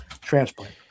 transplant